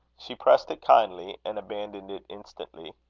she pressed it kindly, and abandoned it instantly.